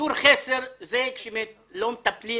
שיטור חסר הוא כשלא מטפלים